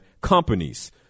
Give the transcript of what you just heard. companies